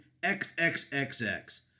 XXXX